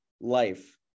life